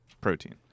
Protein